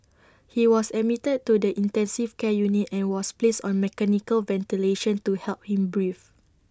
he was admitted to the intensive care unit and was placed on mechanical ventilation to help him breathe